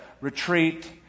retreat